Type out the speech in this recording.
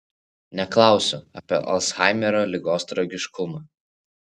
neklausiu apie alzhaimerio ligos tragiškumą